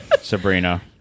Sabrina